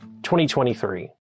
2023